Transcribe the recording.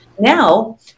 Now